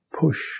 push